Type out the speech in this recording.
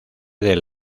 del